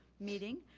meeting,